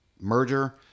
merger